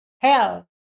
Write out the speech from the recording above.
hell